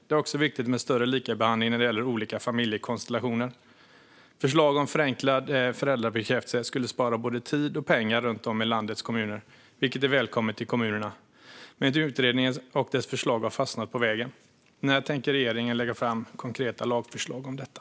Det är också viktigt med större likabehandling när det gäller olika familjekonstellationer. Förenklad föräldraskapsbekräftelse skulle spara både tid och pengar runt om i landets kommuner, vilket är välkommet i kommunerna. Men utredningen och dess förslag har fastnat på vägen. När tänker regeringen lägga fram konkreta lagförslag om detta?